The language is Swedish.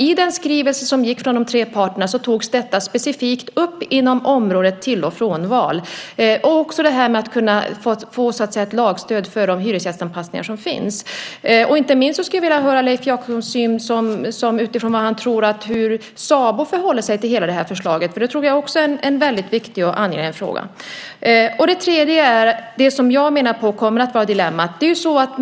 I den skrivelse som gick från de tre parterna togs detta specifikt upp inom området till-och-från-val. Det handlar också om det här med att kunna få ett lagstöd när det gäller de hyresgästanpassningar som finns. Inte minst skulle jag vilja höra Leif Jakobssons syn utifrån hur han tror att SABO förhåller sig till hela det här förslaget. Det tror jag nämligen också är en väldigt viktig och angelägen fråga. Det tredje gäller det som jag menar kommer att vara dilemmat.